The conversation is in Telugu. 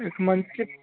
ఇకమంచి